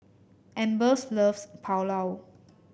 Ambers loves Pulao